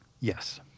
Yes